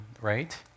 right